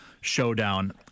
showdown